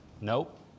Nope